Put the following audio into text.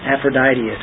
Aphrodite